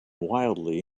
wildly